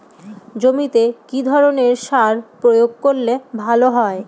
জমিতে কি ধরনের সার প্রয়োগ করলে ভালো হয়?